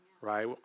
right